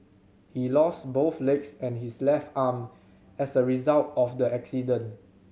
he lost both legs and his left arm as a result of the accident